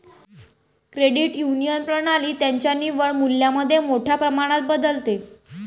credit union प्रणाली त्यांच्या निव्वळ मूल्यामध्ये मोठ्या प्रमाणात बदलते